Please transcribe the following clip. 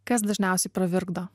kas dažniausiai pravirkdo